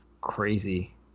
crazy